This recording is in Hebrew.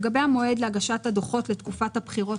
לגבי המועד להגשת הדוחות לתקופת הבחירות